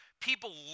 people